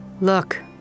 Look